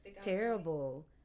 terrible